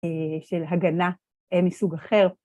של הגנה מסוג אחר.